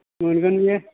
मोनगोन बेयो